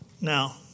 Now